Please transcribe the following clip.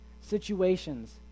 situations